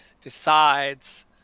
decides